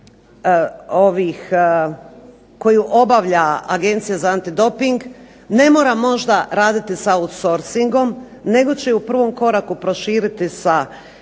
koju obavlja Agencija za antidoping ne mora možda raditi sa …/Ne razumije se./… nego će ju u prvom koraku proširiti sa